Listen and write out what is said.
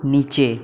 নিচে